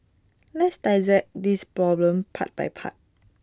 let's dissect this problem part by part